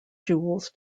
jewels